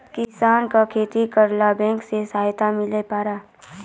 किसान का खेती करेला बैंक से सहायता मिला पारा?